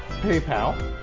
PayPal